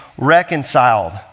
reconciled